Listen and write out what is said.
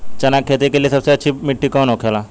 चना की खेती के लिए सबसे अच्छी मिट्टी कौन होखे ला?